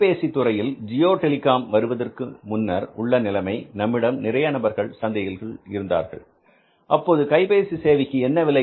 கைபேசி துறையில் ஜியோ டெலிகாம் வருவதற்கு முன்னர் உள்ள நிலைமை நம்மிடம் நிறைய நபர்கள் சந்தையில் இருந்தார்கள் அப்போது கைப்பேசி சேவைக்கு என்ன விலை